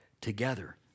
together